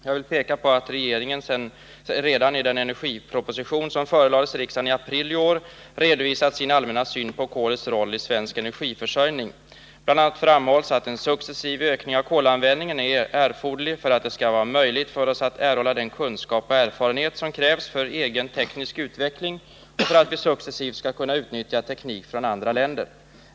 Jag vill peka på att regeringen redan i den energiproposition som förelades riksdagen i april i år redovisat sin allmänna syn på kolets roll i svensk energiförsörjning. Bl. a. framhålls att en successiv ökning av kolanvändningen är erforderlig för att det skall vara möjligt för oss att erhålla den kunskap och erfarenhet som krävs för egen teknisk utveckling och för att vi successivt skall kunna utnyttja teknik från andra länder.